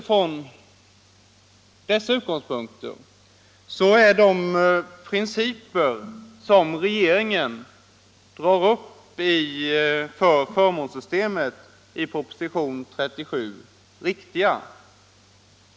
Från dessa synpunkter är de principer som regeringen i proposition nr 37 drar upp för förmånssystemet riktiga.